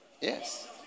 Yes